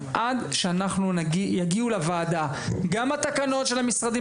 עד שיגיעו לוועדה גם התקנות של המשרדים